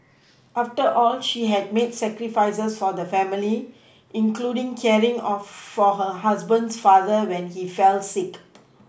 after all she had made sacrifices for the family including caring of for her husband's father when he fell sick